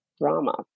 drama